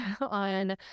on